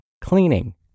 cleaning